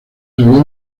había